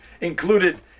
included